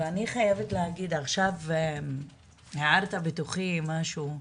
אני חייבת להגיד - עכשיו הערת בתוכי משהו.